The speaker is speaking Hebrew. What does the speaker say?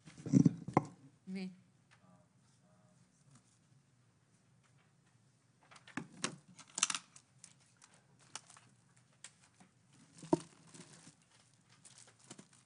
12:55.